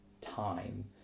time